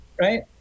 right